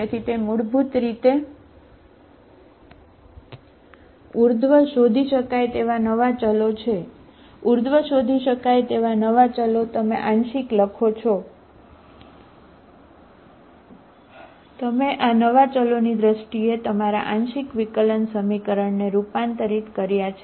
તેથી તે મૂળભૂત રીતે ઉર્ધ્વ ને રૂપાંતરિત કર્યા છે